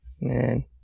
Man